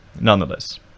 nonetheless